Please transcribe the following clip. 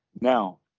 Now